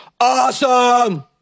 Awesome